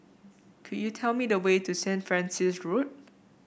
could you tell me the way to Saint Francis Road